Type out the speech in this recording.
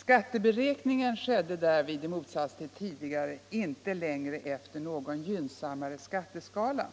Skatteberäkningen skedde därvid — i motsats till tidigare — inte längre efter någon gynnsammare skatteskala.